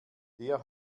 der